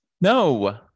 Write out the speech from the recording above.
No